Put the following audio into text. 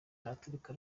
araturika